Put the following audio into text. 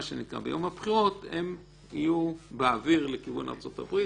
ביום הבחירות, הם יהיו באוויר לכיוון ארצות הברית.